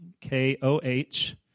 K-O-H